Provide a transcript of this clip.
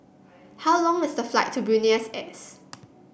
how long is the flight to Buenos Aires